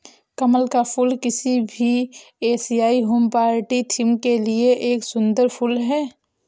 कमल का फूल किसी भी एशियाई होम पार्टी थीम के लिए एक सुंदर फुल है